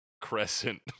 Crescent